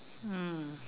mm